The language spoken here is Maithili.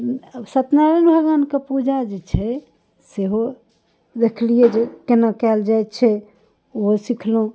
सत्यनारायण भगवानके पूजा जे छै सेहो देखलिए जे कोना कएल जाइ छै ओहो सिखलहुँ